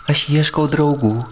aš ieškau draugų